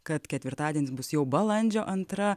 kad ketvirtadienis bus jau balandžio antra